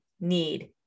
need